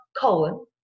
colon